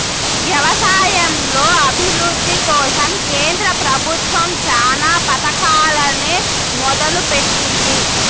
వ్యవసాయంలో అభివృద్ది కోసం కేంద్ర ప్రభుత్వం చానా పథకాలనే మొదలు పెట్టింది